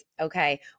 okay